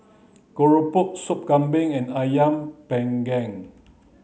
Keropok Soup Kambing and Ayam panggang